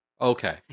Okay